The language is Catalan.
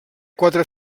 quatre